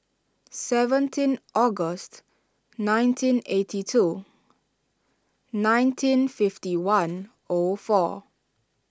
seventeen August nineteen eighty two nineteen fifty one O four